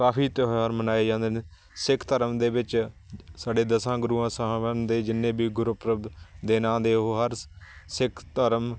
ਕਾਫ਼ੀ ਤਿਉਹਾਰ ਮਨਾਏ ਜਾਂਦੇ ਨੇ ਸਿੱਖ ਧਰਮ ਦੇ ਵਿੱਚ ਸਾਡੇ ਦਸਾਂ ਗੁਰੂਆਂ ਸਾਹਿਬਾਂ ਦੇ ਜਿੰਨੇ ਵੀ ਗੁਰਪੁਰਬ ਦਿਨ ਆਉਂਦੇ ਉਹ ਹਰ ਸਿੱਖ ਧਰਮ